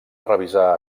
revisar